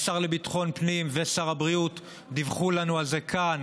השר לביטחון פנים ושר הבריאות דיווחו לנו כאן